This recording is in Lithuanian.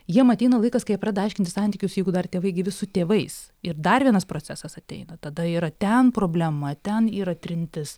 jiem ateina laikas kai jie pradeda aiškintis santykius jeigu dar tėvai gyvi su tėvais ir dar vienas procesas ateina tada yra ten problema ten yra trintis